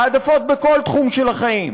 העדפות בכל תחום של החיים.